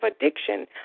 addiction